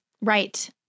Right